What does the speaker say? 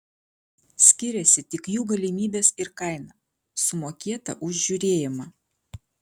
skiriasi tik jų galimybės ir kaina sumokėta už žiūrėjimą